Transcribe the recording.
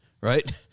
Right